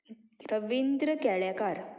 Ravindra Kelekar